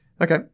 Okay